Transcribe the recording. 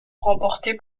remportée